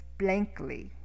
blankly